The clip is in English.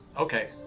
okay,